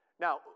Now